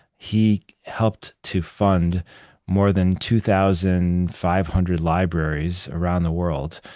he helped to fund more than two thousand five hundred libraries around the world,